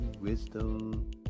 Wisdom